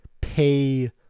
pay